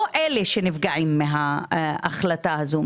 לא הם נפגעים מההחלטה הזו.